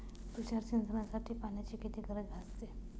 तुषार सिंचनासाठी पाण्याची किती गरज भासते?